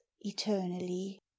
eternally